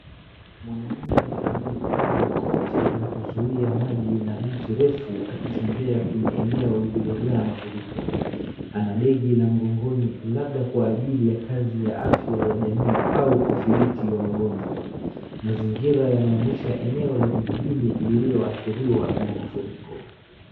Mwanaume aliyevalia koto la kuzuia maji na buti refu akitembea kwenye eneo lililojaa mafuriko. Ana begi la mgongoni labda kwa ajili ya kazi ya afya ya jamiii au udhibiti wa magonjwa. Mazingira yanaonesha eneo la vijiji lililoadhiriwa na mafuriko.